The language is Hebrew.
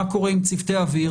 מה קורה עם צוותי אוויר,